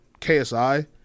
KSI